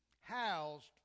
housed